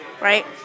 Right